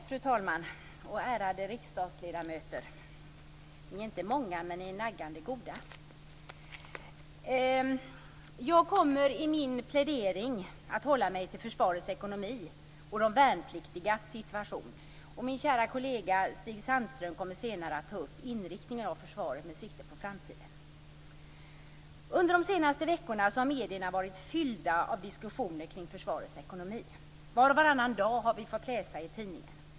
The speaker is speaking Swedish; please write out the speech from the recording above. Fru talman! Ärade riksdagsledamöter! Ni är inte många, men ni är naggande goda. Jag kommer i min plädering att hålla mig till försvarets ekonomi och de värnpliktigas situation. Min kära kollega Stig Sandström kommer senare att ta upp inriktningen av försvaret med sikte på framtiden. Under de senaste veckorna har medierna varit fyllda av diskussioner kring försvarets ekonomi. Var och varannan dag har vi fått läsa om det i tidningen.